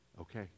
okay